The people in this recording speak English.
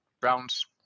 Browns